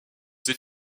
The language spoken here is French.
ses